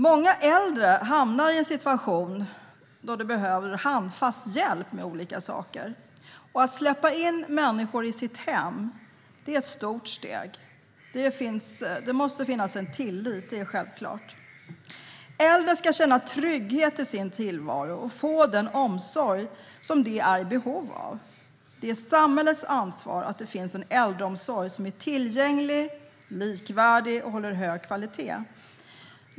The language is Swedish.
Många äldre hamnar i en situation då de behöver handfast hjälp med olika saker, och att släppa in människor i sitt hem är ett stort steg. Det måste finnas en tillit; det är självklart. Äldre ska känna trygghet i sin tillvaro och få den omsorg som de är i behov av. Det är samhällets ansvar att det finns en äldreomsorg som är tillgänglig och likvärdig och håller en hög kvalitet.